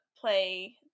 play